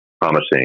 promising